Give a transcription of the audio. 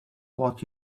what